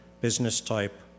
business-type